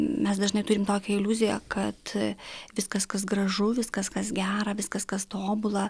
mes dažnai turim tokią iliuziją kad viskas kas gražu viskas kas gera viskas kas tobula